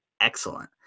excellent